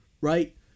Right